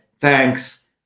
thanks